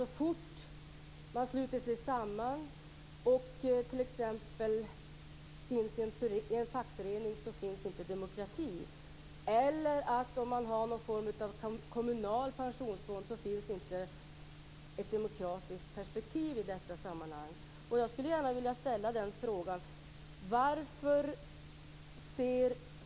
Så fort människor sluter sig samman i t.ex. en fackförening finns det inte demokrati, och om man har någon form av kommunal pensionsfond finns det inte ett demokratiskt perspektiv.